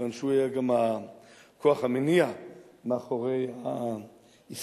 כיוון שהוא היה גם הכוח המניע מאחורי ההסתייגויות,